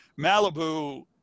Malibu